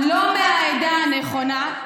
לא מהעדה הנכונה,